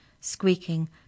squeaking